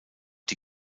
die